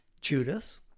Judas